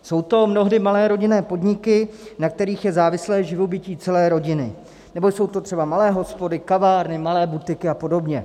Jsou to mnohdy malé rodinné podniky, na kterých je závislé živobytí celé rodiny, nebo jsou to třeba malé hospody, kavárny, malé butiky a podobně.